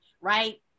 right